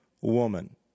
woman